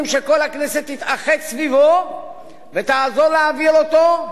שכל הכנסת תתאחד סביבו ותעזור להעביר אותו,